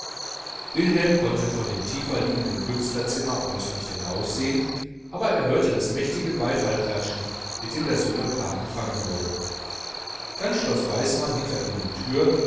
wilhelm konnte von dem tieferliegenden künstlerzimmer aus nicht hinaufsehen aber er hörte das mächtige beifallklatschen mit dem das junge paar empfangen wurde dann schloß weismann hinter ihnen die türe